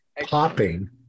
popping